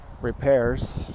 repairs